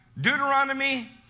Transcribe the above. Deuteronomy